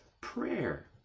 prayer